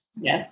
Yes